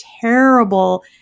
terrible